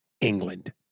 England